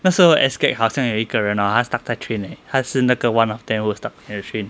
那时候 SGAG 好像有一个人 hor 他 stuck 在 train leh 他是那个 one of them who was stuck at the trainee